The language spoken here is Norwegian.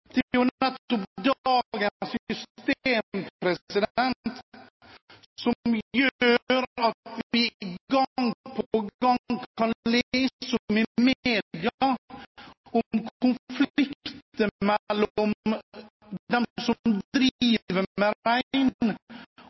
dagens system som gjør at vi gang på gang kan lese i media om konflikter mellom dem som driver med